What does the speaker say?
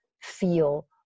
feel